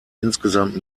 insgesamt